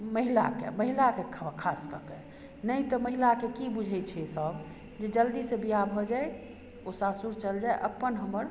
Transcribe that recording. महिला के महिला के खास कऽ के नहि तऽ महिला के की बुझै छै सब जे जल्दी से बिआह भऽ जाइ ओ सासुर चल जाय अपन हमर